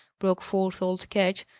broke forth old ketch,